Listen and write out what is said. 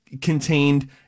contained